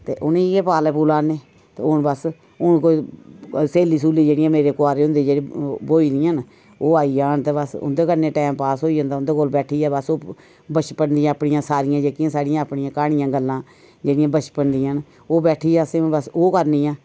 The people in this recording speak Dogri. ते उनेंगी गै पाला पूला न ते हून बस स्हेलियां स्हूलियां जेह्ड़ियां मेरी कुआरे होंदे दियां ओह् ब्होई दियां न ओह् आई जान तां बस उं'दे कन्नै टाइम पास होई जंदा उं'दे कोल बैठी गे बस बचपन दी अपनियां सारियां जेह्कियां साढ़ियां अपनियां क्हानियां गल्लां जेह्ड़ियां बचपन दियां न ओह् बैठियै असें हून बस ओह् करनियां